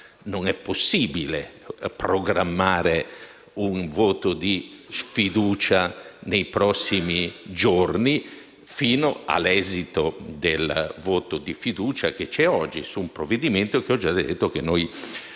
non era possibile programmare un voto di sfiducia nei prossimi giorni fino all'esito del voto di fiducia che si avrà oggi sul provvedimento che, come ho detto, noi